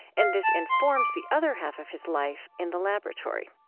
and this informs the other half of his life, in the laboratory